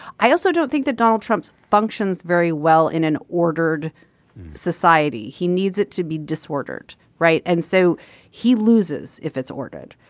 i also don't think that donald functions very well in an ordered society. he needs it to be disordered. right. and so he loses if it's ordered.